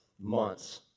months